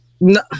No